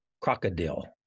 Crocodile